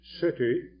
city